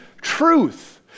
truth